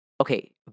Okay